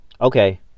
Okay